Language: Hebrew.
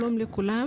שלום לכולם.